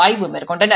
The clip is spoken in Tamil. ஆய்வு மேற்கொண்டனர்